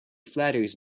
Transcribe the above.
flatters